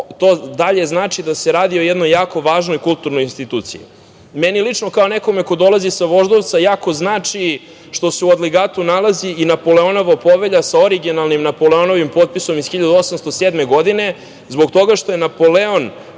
to dalje znači da se radi o jednoj jako važnoj kulturnoj instituciji. Meni lično kao nekome ko dolazi sa Voždovca jako znači što se u Adligatu nalazi Napoleonova povelja sa originalnim Napoleonovim potpisom iz 1807. godine zbog toga što je Napoleon